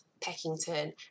Peckington